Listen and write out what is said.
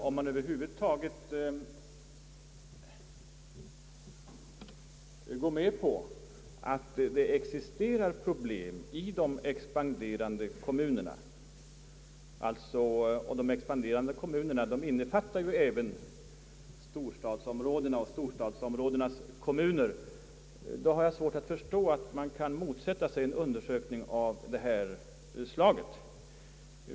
Om man över huvud taget går med på att det existerar problem i de expanderande kommunerna, som ju även innefattar storstadsområdenas kommuner, har jag svårt att inse varför man motsätter sig en undersökning av det här slaget.